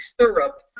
syrup